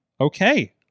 Okay